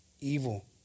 evil